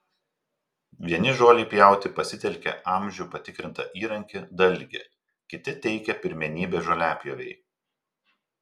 vieni žolei pjauti pasitelkia amžių patikrintą įrankį dalgį kiti teikia pirmenybę žoliapjovei